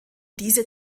diese